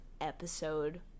episode